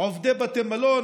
עובדי בתי מלון,